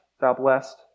Southwest